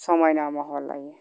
समायना महर लायो